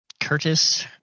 Curtis